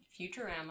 Futurama